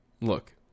Look